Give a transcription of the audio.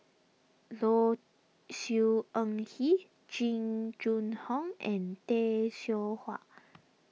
Low Siew Nghee Jing Jun Hong and Tay Seow Huah